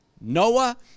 Noah